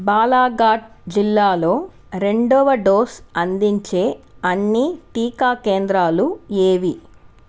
బాలాఘాట్ జిల్లాలో రెండవ డోస్ అందించే అన్ని టీకా కేంద్రాలు ఏవి